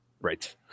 Right